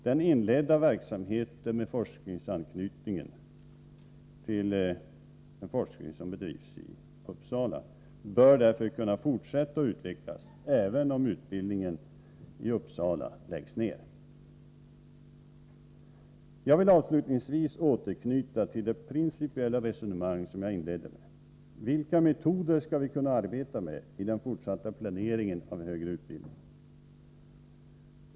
Den inledda verksamheten med anknytning till den forskning som bedrivs i Uppsala bör därför kunna fortsätta och utvecklas även om utbildningen i Uppsala läggs ner. Jag vill avslutningsvis återknyta till det principiella resonemang som jag inledde med: Vilka metoder skall vi kunna arbeta med i den fortsatta planeringen av den högre utbildningen?